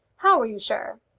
how were you sure?